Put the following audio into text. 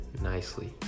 nicely